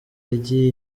yagiye